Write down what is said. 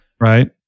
right